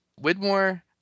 Widmore